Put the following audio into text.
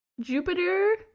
Jupiter